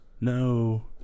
No